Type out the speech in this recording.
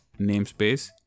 namespace